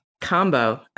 combo